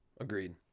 Agreed